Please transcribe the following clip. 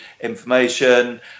information